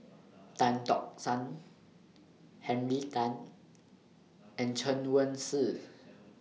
Tan Tock San Henry Tan and Chen Wen Hsi